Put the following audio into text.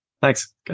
Thanks